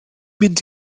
mynd